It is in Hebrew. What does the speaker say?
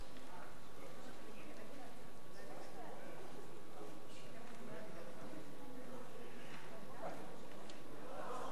בבקשה,